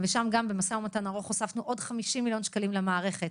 ושם במשא ומתן ארוך הוספנו עוד 50 מיליון שקלים למערכת.